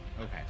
Okay